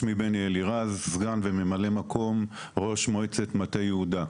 אני מכהן כסגן וממלא מקום ראש מועצת מטה יהודה.